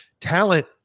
talent